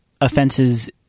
offenses